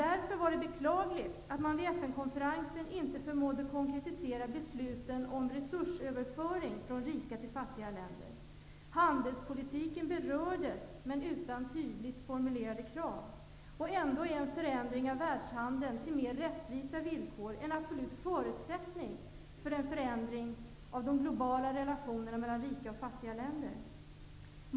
Därför var det beklagligt att man vid FN konferensen inte förmådde konkretisera besluten om resursöverföring från rika till fattiga länder. Handelspolitiken berördes, men utan tydligt formulerade krav. Ändå är en förändring av världshandeln i riktning mot mera rättvisa villkor en absolut förutsättning för en förändring av de globala relationerna mellan rika och fattiga länder.